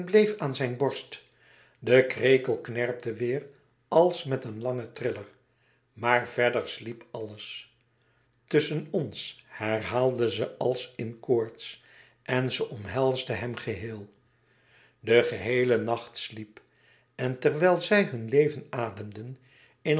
bleef aan zijn borst de krekel knerpte weêr als met een langen triller maar verder sliep alles tusschen ons herhaalde ze als in koorts en ze omhelsde hem geheel de geheele nacht sliep en terwijl zij hun leven ademden in